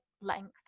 length